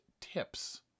tips